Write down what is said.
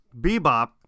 Bebop